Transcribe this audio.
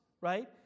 right